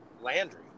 Landry